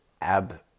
ab